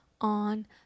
on